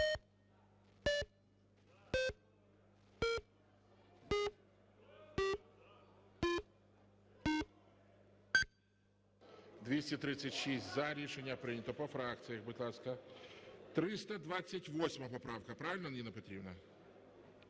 За-236 Рішення прийнято. По фракціях, будь ласка. 328 поправка, правильно, Ніна Петрівна?